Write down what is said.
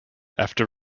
after